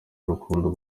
urukundo